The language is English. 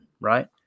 right